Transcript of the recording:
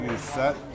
set